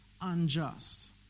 unjust